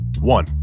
One